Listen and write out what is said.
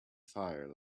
fire